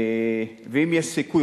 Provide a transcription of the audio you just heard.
ואם יש סיכוי,